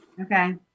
Okay